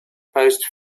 post